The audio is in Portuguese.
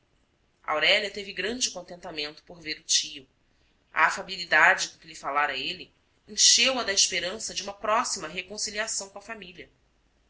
aurélia teve grande contentamento por ver o tio a afabilidade com que lhe falara ele encheu-a da esperança de uma próxima reconciliação com a família